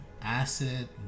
acid